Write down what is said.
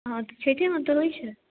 हाँ तऽ छैठेमे तऽ होइ छै